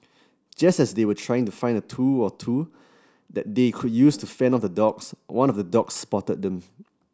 just as they were trying to find a tool or two that they could use to fend off the dogs one of the dogs spotted them